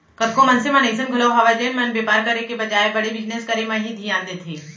कतको मनसे मन अइसन घलौ हवय जेन मन बेपार करे के बजाय बड़े बिजनेस करे म ही धियान देथे